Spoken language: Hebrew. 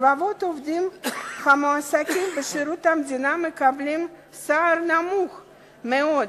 רבבות עובדים המועסקים בשירות המדינה מקבלים שכר נמוך מאוד,